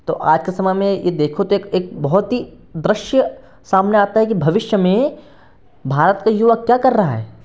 तो आजके समय में ये देखो तो एक एक बहुत ही दृश्य सामने आता है कि भविष्य में भारत का युवा क्या कर रहा है